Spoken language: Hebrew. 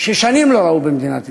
ששנים לא ראו במדינת ישראל.